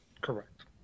Correct